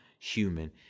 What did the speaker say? human